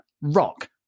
rock